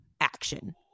action